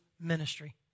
ministry